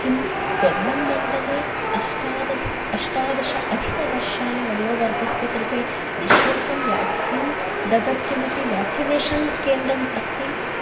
किं कोल्लम् मण्डले अष्टादस् अष्टादश आधिकवर्षाणि वयोवर्गस्य कृते निःशुल्कं व्याक्सिन् ददत् किमपि व्याक्सिनेषन् केन्द्रम् अस्ति